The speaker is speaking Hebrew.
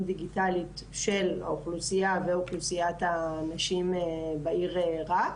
דיגיטלית של האוכלוסייה ואוכלוסיית הנשים בעיר רהט.